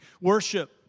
worship